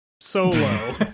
Solo